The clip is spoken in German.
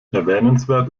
erwähnenswert